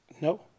No